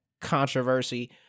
controversy